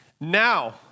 now